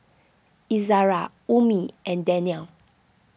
Izara Ummi and Danial